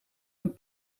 een